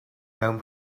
mewn